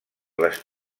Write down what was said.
les